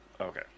Okay